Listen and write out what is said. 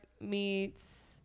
meets